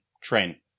train